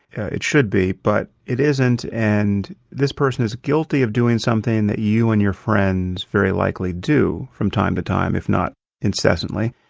it should be but it isn't and this person is guilty of doing something that you and your friends very likely do from time to time, if not incessantly.